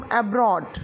abroad